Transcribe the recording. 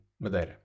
Madeira